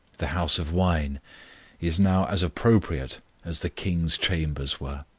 the house of wine is now as appropriate as the king's chambers were.